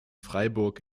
freiburg